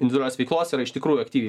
individualios veiklos yra iš tikrųjų aktyviai